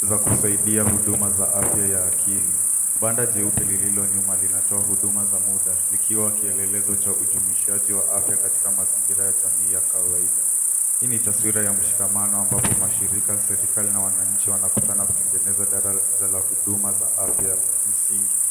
za kusaidia huduma za afya ya akili. Banda jeupe lililo nyuma linatoa huduma za muda likiwa kielelezo cha ujumishaji wa afya katika mazingira ya jamii ya kawaida. Hii ni taswira ya mshikamano ambapo mashirika ya serikali na wananchi wanakutana kutengeneza daraja la huduma za afya msingi.